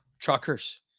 Truckers